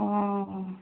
অঁ